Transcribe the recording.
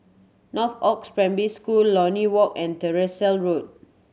Northoaks Primary School Lornie Walk and Tyersall Road